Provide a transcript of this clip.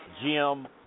Jim